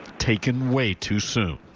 taken way too soon.